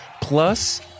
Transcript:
plus